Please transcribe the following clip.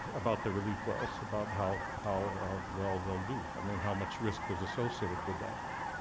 about the relief wells, about how how well they'll do. i mean, how much risk is associated with that?